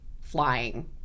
flying